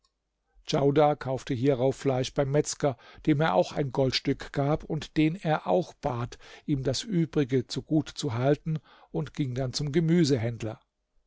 djaudar kaufte hierauf fleisch beim metzger dem er auch ein goldstück gab und den er auch bat ihm das übrige zu gut zu halten und ging dann zum gemüsehändler